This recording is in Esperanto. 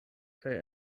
kaj